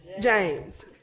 James